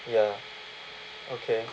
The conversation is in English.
ya okay